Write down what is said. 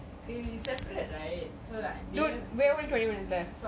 we only have twenty minutes left